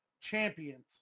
champions